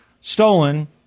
stolen